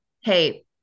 Hey